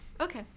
Okay